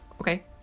okay